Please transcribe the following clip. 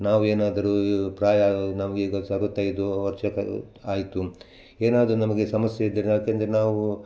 ನಾವು ಏನಾದರೂ ಪ್ರಾಯ ನಮಗೀಗ ಸ ಅರುವತ್ತೈದು ವರ್ಷಕ್ಕೆ ಆಯಿತು ಏನಾದ್ರೂ ನಮಗೆ ಸಮಸ್ಯೆ ಇದ್ದರೆ ಏಕೆಂದ್ರೆ ನಾವು